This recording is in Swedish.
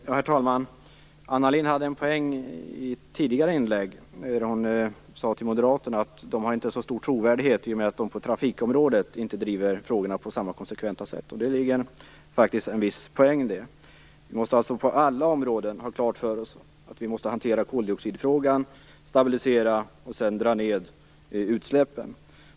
Herr talman! Anna Lindh hade en poäng i ett tidigare inlägg, när hon sade till moderaterna att de inte har så stor trovärdighet i och med att de på trafikområdet inte driver frågorna på samma konsekventa sätt. Det ligger en viss poäng i det. Vi måste på alla områden ha klart för oss att vi måste hantera koldioxidfrågan, stabilisera och dra ned utsläppen.